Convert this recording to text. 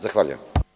Zahvaljujem.